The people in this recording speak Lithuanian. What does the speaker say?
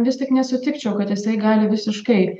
vis tik nesutikčiau kad jisai gali visiškai